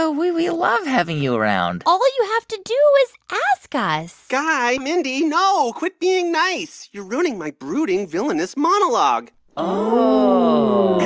we we love having you around all you have to do is ask us guy, mindy, no, quit being nice. you're ruining my brooding villainous monologue oh.